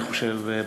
אני חושב,